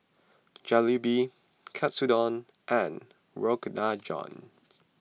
Jalebi Katsudon and Rogan